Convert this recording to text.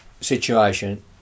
situation